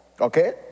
Okay